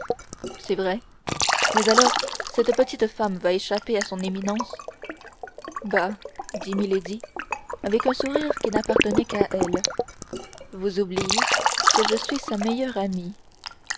c'est vrai mais alors cette petite femme va échapper à son éminence bah dit milady avec un sourire qui n'appartenait qu'à elle vous oubliez que je suis sa meilleure amie